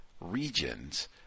regions